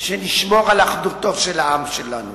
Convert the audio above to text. שנשמור על אחדותו של העם שלנו.